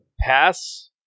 Pass